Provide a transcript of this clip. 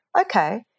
Okay